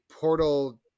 portal